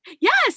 yes